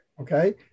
Okay